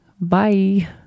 Bye